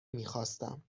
میخواستم